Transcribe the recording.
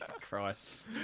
Christ